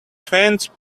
fence